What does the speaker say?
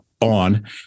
on